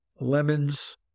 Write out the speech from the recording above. lemons